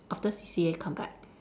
after C_C_A come back